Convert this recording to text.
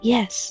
Yes